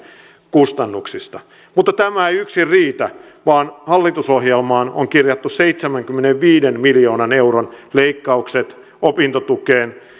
kustannuksista mutta tämä ei yksin riitä vaan hallitusohjelmaan on kirjattu seitsemänkymmenenviiden miljoonan euron leikkaukset opintotukeen